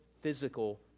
physical